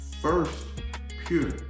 first-pure